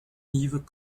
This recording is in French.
yves